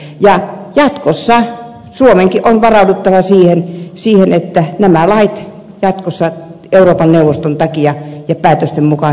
ja suomenkin on varauduttava siihen että jatkossa nämä lait euroopan neuvoston päätösten mukaan tiukentuvat